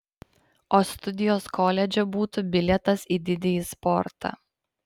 o studijos koledže būtų bilietas į didįjį sportą